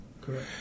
Correct